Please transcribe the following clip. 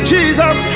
Jesus